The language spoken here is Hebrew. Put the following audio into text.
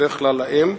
בדרך כלל לאם.